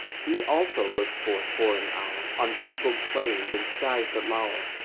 he also looked forth for an hour on peopled plains and skies that lower,